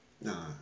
Nah